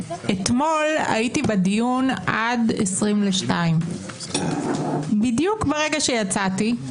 אתמול הייתי בדיון עד 13:40. בדיוק ברגע שיצאתי,